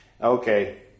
Okay